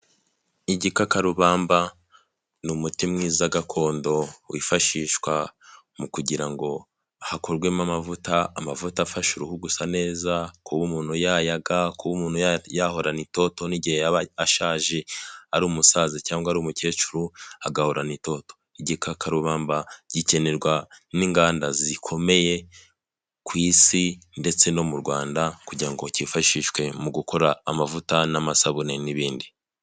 Igikakarubamba ni umuti mwiza gakondo wifashishwa mu kugira ngo hakurwemo amavuta, amavuta afasha uruhu gusa neza, kuba umuntu yayaga, kuba umuntu yahorana itoto n'igihe yaba ashaje ari umusaza cyangwa ari umukecuru agahorana itoto, igikakarubamba gikenerwa n'inganda zikomeye ku Isi ndetse no mu Rwanda kugira ngo cyifashishwe mu gukora amavuta n'amasabune n'ibindi.